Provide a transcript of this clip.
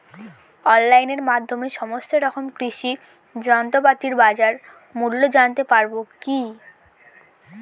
অনলাইনের মাধ্যমে সমস্ত রকম কৃষি যন্ত্রপাতির বাজার মূল্য জানতে পারবো কি?